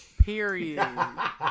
Period